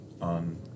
on